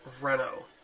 Renault